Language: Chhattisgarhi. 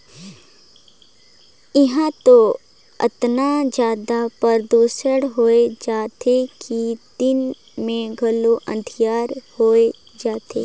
इहां तो अतना जादा परदूसन होए जाथे कि दिन मे घलो अंधिकार होए जाथे